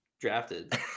drafted